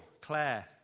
Claire